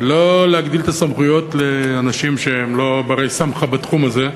ולא להגדיל את הסמכויות לאנשים שהם לא בני-סמכא בתחום הזה.